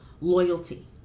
loyalty